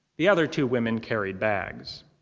the other two women carried bags.